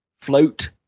Float